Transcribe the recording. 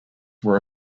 were